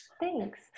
Thanks